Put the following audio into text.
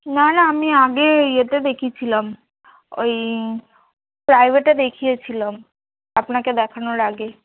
না না আমি আগে ইয়েতে দেখিয়েছিলাম ওই প্রাইভেটে দেখিয়েছিলাম আপনাকে দেখানোর আগে